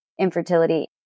infertility